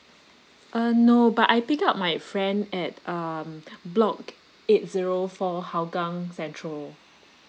um no but I pick up my friend at um block eight zero four hougang central